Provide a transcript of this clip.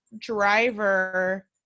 driver